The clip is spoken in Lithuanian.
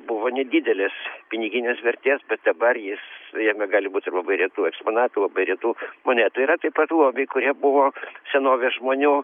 buvo nedidelės piniginės vertės bet dabar jis jame gali būt ir labai retų eksponatų labai retų monetų yra taip pat lobiai kurie buvo senovės žmonių